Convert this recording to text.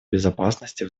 безопасности